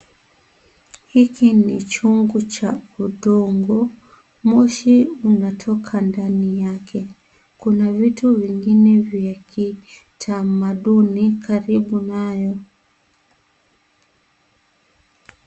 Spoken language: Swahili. Hiki ni chungu cha udongo. Moshi unatoka ndani yake. Kuna vitu vingine vya kitamaduni karibu nayo.